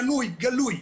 פנוי, גלוי.